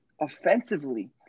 offensively